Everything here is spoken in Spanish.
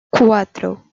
cuatro